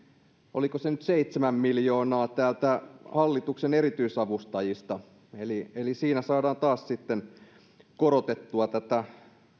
oliko se nyt seitsemän miljoonaa täältä hallituksen erityisavustajista eli eli siinä saadaan taas korotettua näitä